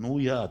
תנו יד,